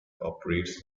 operates